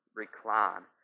recline